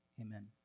Amen